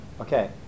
Okay